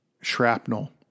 shrapnel